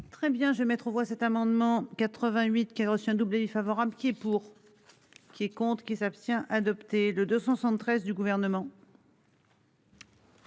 Très bien, je vais mettre aux voix cet amendement 88 qui a reçu un doublé favorable qui est pour. Qui compte qui s'abstient adopté de de 73 du gouvernement.